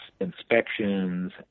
inspections